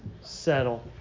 settle